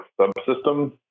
subsystem